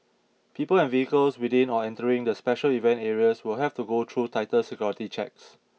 people and vehicles within or entering the special event areas will have to go through tighter security checks